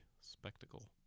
spectacle